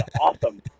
Awesome